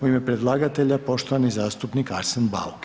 U ime predlagatelja poštovani zastupnik Arsen Bauk.